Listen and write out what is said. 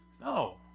No